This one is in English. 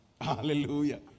Hallelujah